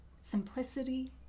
simplicity